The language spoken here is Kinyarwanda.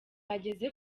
yageze